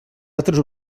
altres